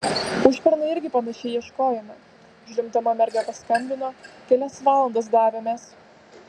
užpernai irgi panašiai ieškojome žliumbdama merga paskambino kelias valandas davėmės